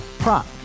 Prop